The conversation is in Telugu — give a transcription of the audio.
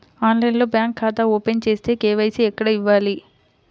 ఆన్లైన్లో బ్యాంకు ఖాతా ఓపెన్ చేస్తే, కే.వై.సి ఎక్కడ ఇవ్వాలి?